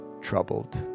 troubled